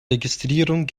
registrierung